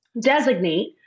designate